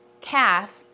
calf